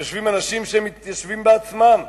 יושבים אנשים שהם מתיישבים בעצמם.